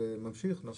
זה ממשיך, נכון?